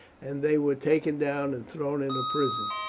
and they were taken down and thrown into prison.